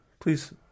please